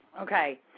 Okay